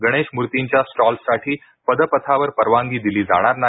गणेश मूर्तींच्या स्टॉल्ससाठी पदपथावर परवानगी दिली जाणार नाही